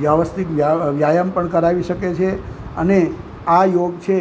વ્યવસ્થિત વ્યાયામ પણ કરાવી શકે છે અને આ યોગ છે